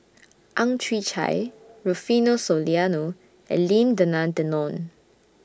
Ang Chwee Chai Rufino Soliano and Lim Denan Denon